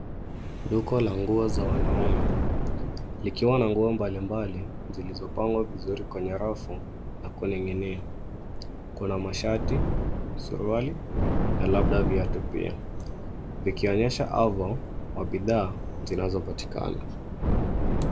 Duka la nguo za wanaume likiwa na nguo mbalimbali zilizopangwa vizuri kwenye rafu na kuning'inia. Kuna mashati, suruali na labda viatu pia, vikionyesha avo wa bidhaa zinazopatikana.